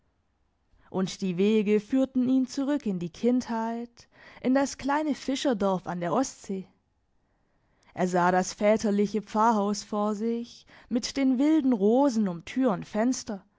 und die wege führten ihn zurück in die kindheit in das kleine fischerdorf an der ostsee er sah das väterliche pfarrhaus vor sich mit den wilden rosen um tür und fenster